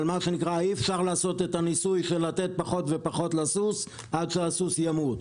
אבל אי אפשר לעשות את הניסוי של לתת פחות ופחות לסוס עד שהסוס ימות.